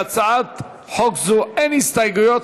להצעת חוק זו אין הסתייגויות,